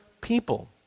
people